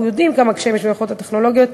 יודעים כמה קשיים יש במכללות הטכנולוגיות,